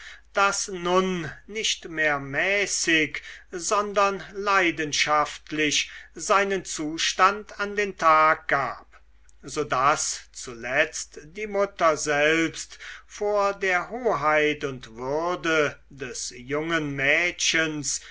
das nun nicht mehr mäßig sondern leidenschaftlich seinen zustand an den tag gab so daß zuletzt die mutter selbst vor der hoheit und würde des jungen mädchens